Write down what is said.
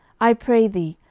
i pray thee,